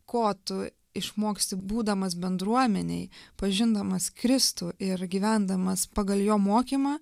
ko tu išmoksti būdamas bendruomenėj pažindamas kristų ir gyvendamas pagal jo mokymą